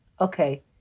Okay